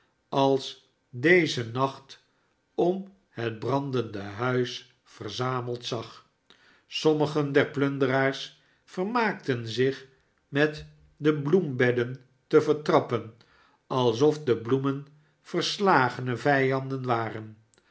als deze nacht om het brandende huis verzameld zag sommigen der plunderaars vermaakten zich met de bloembedden te vertrappen alsof de bloemen verslagene vijanden waren